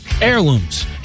heirlooms